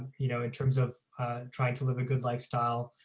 you know in terms of trying to live a good lifestyle,